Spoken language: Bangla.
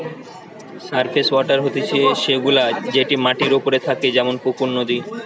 সারফেস ওয়াটার হতিছে সে গুলা যেটি মাটির ওপরে থাকে যেমন পুকুর, নদী